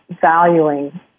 valuing